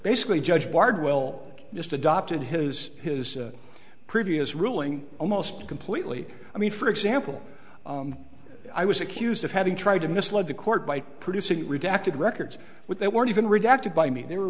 basically judge bardwell just adopted his his previous ruling almost completely i mean for example i was accused of having tried to misled the court by producing redacted records but they weren't even redacted by me they were